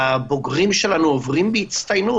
הבוגרים שלנו עוברים בהצטיינות.